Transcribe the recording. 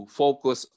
focus